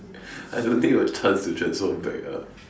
I don't think will have chance to transform back ah